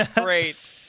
Great